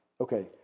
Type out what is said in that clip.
Okay